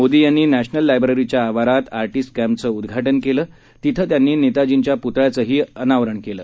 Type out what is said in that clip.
मोदी यांनी नॅशनल लायब्रीच्या आवारात आर्टिस्ट कॅम्पचं उद्घाटन केलं तिथे त्यांनी नेताजींच्या पुतळ्याचंही अनावरण केलं